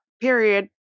period